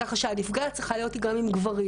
ככה שהנפגעת צריכה להיות גם עם גברים,